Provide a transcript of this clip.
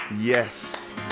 Yes